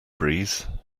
breeze